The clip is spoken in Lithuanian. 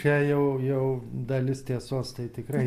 čia jau jau dalis tiesos tai tikrai